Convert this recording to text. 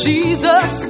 Jesus